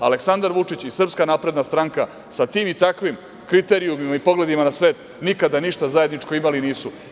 Aleksandar Vučić i SNS sa tim i takvim kriterijumima i pogledima na svet nikada ništa zajedničko imali nisu.